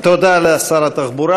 תודה לשר התחבורה.